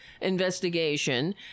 investigation